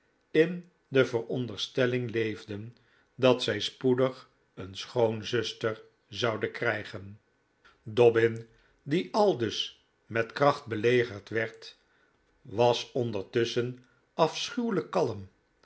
in de veronderstelling leefden dat zij spoedig een schoonzuster zouden krijgen dobbin die aldus met kracht belegerd werd was ondertusschen afschuwelijk kalm